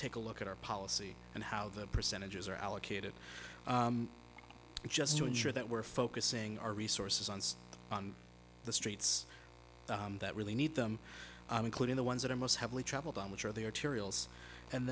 take a look at our policy and how the percentages are allocated and just to ensure that we're focusing our resources on on the streets that really need them including the ones that are most heavily traveled on which are they a